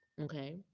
okay